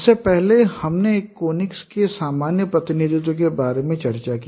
इससे पहले हमने एक कोनिक्स के सामान्य प्रतिनिधित्व के बारे में चर्चा की